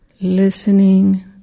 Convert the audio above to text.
listening